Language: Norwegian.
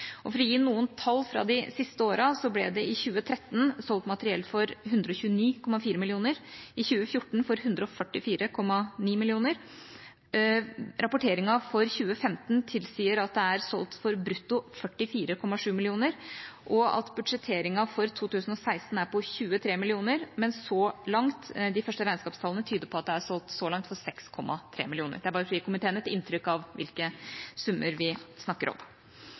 For å gi noen tall fra de siste årene: Det ble i 2013 solgt materiell for 129,4 mill. kr, i 2014 for 144,9 mill. kr. Rapporteringen for 2015 tilsier at det er solgt for brutto 44,7 mill. kr. Budsjetteringen for 2016 er på 23 mill. kr, men de første regnskapstallene tyder på at det så langt er solgt for 6,3 mill. kr. Det er bare for å gi komiteen et inntrykk av hvilke summer vi snakker om.